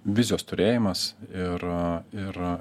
vizijos turėjimas ir ir